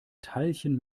teilchen